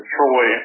Troy